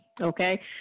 Okay